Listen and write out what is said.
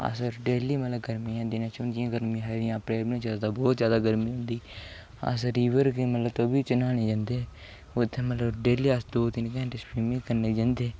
अस डेली मतलव गर्मियें दे दिनें च जिनें दिनें बहुत जैदा गर्मी होंदी अस रिवर च मतलव तवी च न्हानें गी जंदे हे उत्थैं अस डेली मतलव दौ तीन घैण्टैं स्विमिंग करने गी जंदे हे